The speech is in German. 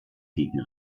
gegen